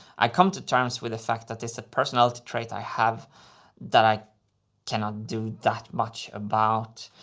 i come to terms with the fact that it's a personality trait i have that i cannot do that much about.